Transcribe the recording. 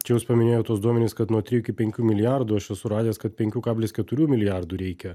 čia jūs paminėjot tuos duomenis kad nuo trijų iki penkių milijardų aš čia suradęs kad penkių kablis keturių milijardų reikia